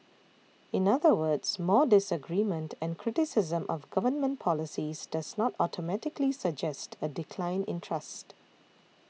in other words more disagreement and criticism of government policies does not automatically suggest a decline in trust